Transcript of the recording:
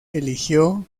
eligió